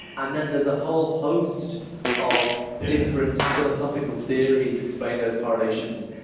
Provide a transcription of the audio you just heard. and then there's a whole host of different philosophical theories to explain those correlations.